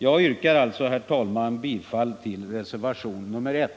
Jag yrkar, herr talman, bifall till reservationen 1.